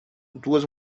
duas